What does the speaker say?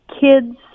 Kids